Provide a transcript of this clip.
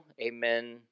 amen